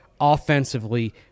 offensively